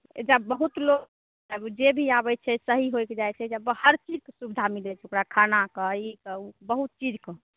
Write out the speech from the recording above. एहिजा बहुत लोग अब जे भी आबै छै सही होइके जाइ छै एहिजा हर चीजके सुबिधा मिलै छै ओकरा खानाके ई के ओ बहुत चीजके